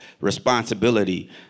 responsibility